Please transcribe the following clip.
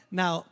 now